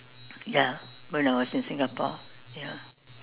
ya when I was in Singapore ya